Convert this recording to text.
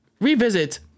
revisit